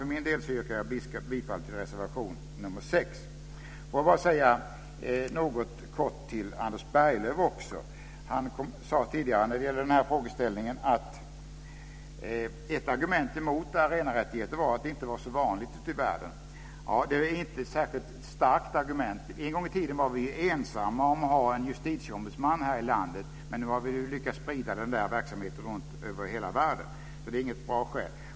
För min del yrkar jag bifall till reservation nr 6. Låt mig sedan bara säga någonting kort till Anders Berglöv. Han sade tidigare när det gällde den här frågeställningen att ett argument mot arenarättigheter var att det inte var så vanligt ute i världen. Det är inte ett särskilt starkt argument. En gång i tiden var vi ensamma om att ha en justitieombudsman här i landet, men nu har vi lyckats sprida den verksamheten över hela världen. Det är inget bra skäl.